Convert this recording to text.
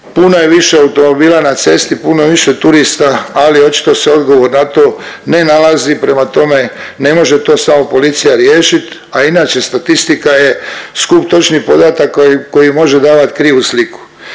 Puno je više automobila na cesti, puno više turista, ali očito se odgovor na to ne nalazi, prema tome, ne može to samo policija riješit. A inače statistika je skup točnih podataka koji može davat krivu sliku.